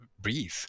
breathe